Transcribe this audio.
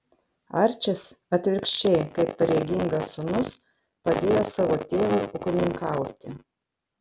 arčis atvirkščiai kaip pareigingas sūnus padėjo savo tėvui ūkininkauti